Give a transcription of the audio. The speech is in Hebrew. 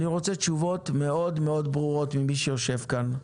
אני רוצה תשובות מאוד מאוד ברורות ממי שיושב כאן.